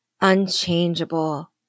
unchangeable